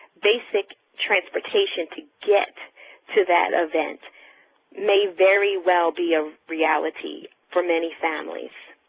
basic transportation to get to that event may very well be a reality for many families.